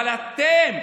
אבל אתם,